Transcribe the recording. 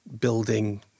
building